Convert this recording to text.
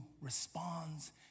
responds